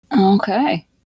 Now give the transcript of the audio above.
okay